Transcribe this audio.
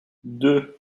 deux